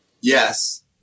Yes